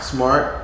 Smart